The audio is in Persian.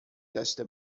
داشته